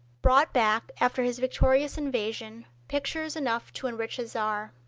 brought back, after his victorious invasion, pictures enough to enrich a czar.